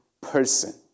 person